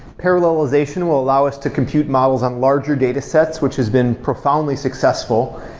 parallelization will allow us to compute models on larger datasets, which has been profoundly successful.